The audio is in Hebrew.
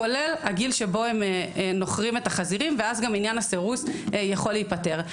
כולל הגיל שבו הם נוחרים את החזירים ואז גם עניין הסירוס יכול להיפתר.